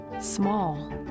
small